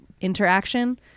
interaction